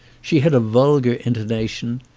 she had a vulgar intonation.